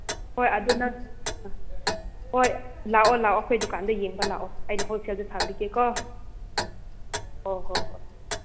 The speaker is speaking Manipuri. ꯍꯣꯏ ꯑꯗꯨ ꯍꯣꯏ ꯂꯥꯛꯑꯣ ꯂꯥꯛꯑꯣ ꯑꯩꯈꯣꯏ ꯗꯨꯀꯥꯟꯗ ꯌꯦꯡꯕ ꯂꯥꯛꯑꯣ ꯑꯩꯅ ꯍꯣꯜꯁꯦꯜꯗ ꯁꯥꯕꯤꯒꯦꯀꯣ ꯍꯣꯏ ꯍꯣꯏ